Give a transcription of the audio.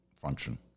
function